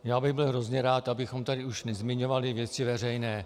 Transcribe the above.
Byl bych hrozně rád, abychom tady už nezmiňovali Věci veřejné.